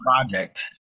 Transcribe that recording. project